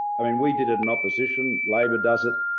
i mean, we did it in opposition, labor does it.